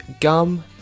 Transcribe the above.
Gum